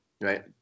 right